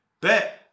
Bet